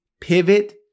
Pivot